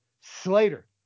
Slater